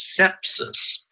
sepsis